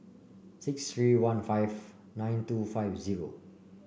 six three one five nine two five zero